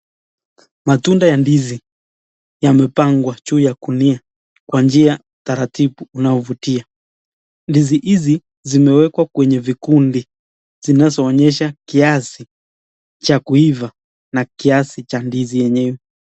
Matunda ya ndizi yamempangwa juu ya gunia kwa njia taratibu unayovutia. Ndizi hizi zimewekwa kwenye vikundi zinazoonyesha kiasi cha kuiva na kiasi cha ndizi yenyewe.